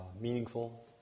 meaningful